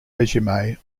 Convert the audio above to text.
resume